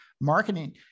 marketing